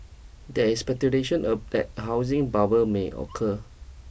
there is speculation of that housing bubble may occur